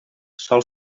sol